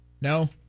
no